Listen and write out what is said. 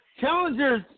challengers